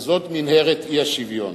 וזאת מנהרת האי-שוויון.